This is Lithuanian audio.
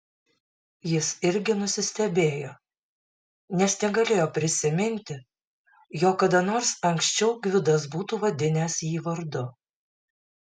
jis irgi nusistebėjo nes negalėjo prisiminti jog kada nors anksčiau gvidas būtų vadinęs jį vardu